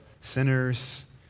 sinners